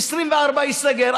24 ייסגר,